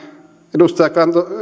edustaja